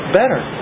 better